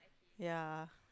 ya